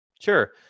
Sure